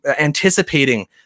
anticipating